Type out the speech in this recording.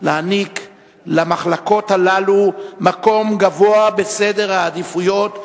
להעניק למחלקות הללו מקום גבוה בסדר העדיפויות,